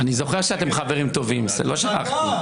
הנושא חדש נידון בוועדת הכנסת, קיבל